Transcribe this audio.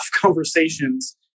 conversations